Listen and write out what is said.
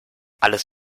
alles